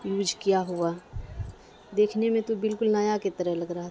use کیا ہوا دیکھنے میں تو بالکل نیا کے طرح لگ رہا تھا